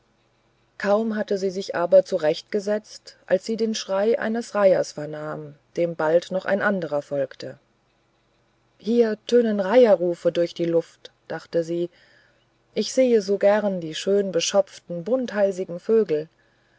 kaum hatte sie sich aber zurecht gesetzt als sie den schrei eines reihers vernahm dem bald noch ein anderer folgte hier tönen reiherrufe durch die luft dachte sie ich sehe so gern die schönbeschopften bunthalsigen vögel